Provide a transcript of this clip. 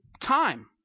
time